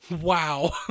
Wow